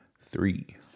three